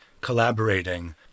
collaborating